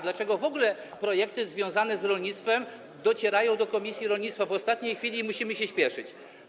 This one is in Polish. Dlaczego w ogóle projekty związane z rolnictwem docierają do komisji rolnictwa w ostatniej chwili i musimy się spieszyć?